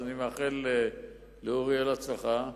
אז אני מאחל לאורי אריאל הצלחה.